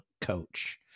coach